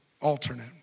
alternate